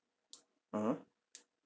mmhmm